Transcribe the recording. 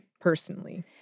personally